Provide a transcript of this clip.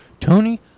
Tony